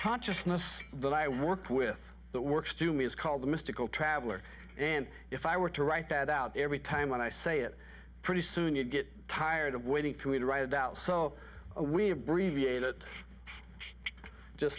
consciousness but i worked with that works to me is called the mystical traveler and if i were to write that out every time i say it pretty soon you'd get tired of waiting for me to write it out so we abbreviate it just